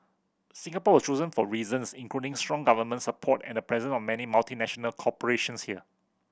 Singapore was chosen for reasons including strong government support and the presence of many multinational corporations here